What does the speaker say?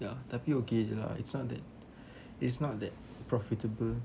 ya tapi okay jer lah it's not that it's not that profitable